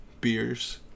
Beers